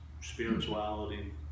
spirituality